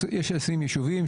יש עשרים ישובים,